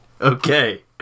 Okay